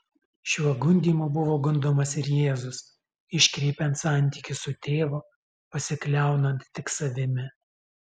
šiuo gundymu buvo gundomas ir jėzus iškreipiant santykį su tėvu pasikliaunant tik savimi